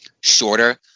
shorter